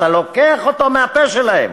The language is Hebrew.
אתה לוקח אותו מהפה שלהם.